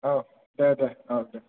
औ दे दे औ दे